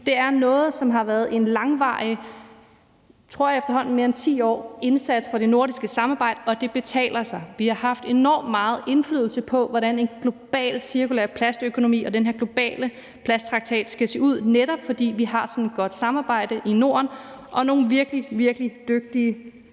er noget, som har været en langvarig – jeg tror, det efterhånden er mere end 10 år – indsats fra det nordiske samarbejde, og det betaler sig. Vi har haft enormt meget indflydelse på, hvordan en global cirkulær plastøkonomi og den her globale plasttraktat skal se ud, netop fordi vi har sådan et godt samarbejde i Norden og nogle virkelig, virkelig dygtige